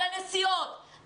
על הנסיבות,